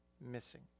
missing